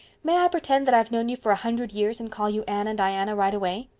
may i pretend that i've known you for a hundred years and call you anne and diana right away?